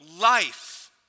life